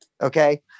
Okay